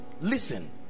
listen